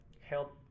help